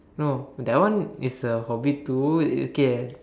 no that one is a hobby too okay